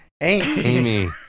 amy